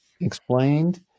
explained